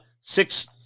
six